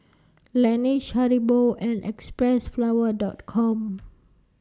Laneige Haribo and Xpressflower Dot Com